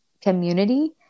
community